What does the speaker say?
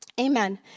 Amen